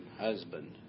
husband